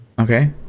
Okay